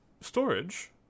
storage